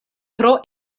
tro